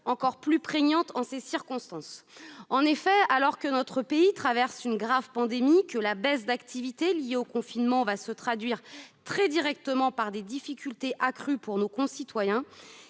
encore plus prégnante en ces circonstances. En effet, alors que notre pays traverse une grave pandémie, que la baisse d'activité liée au confinement va se traduire très directement par des difficultés accrues pour nos concitoyens,